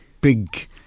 big